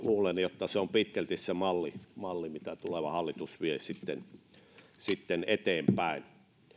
luulen että se on pitkälti se malli malli mitä tuleva hallitus vie sitten eteenpäin